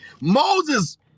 Moses